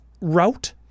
route